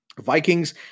Vikings